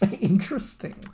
Interesting